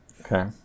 Okay